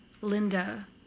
Linda